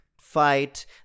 fight